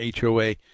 HOA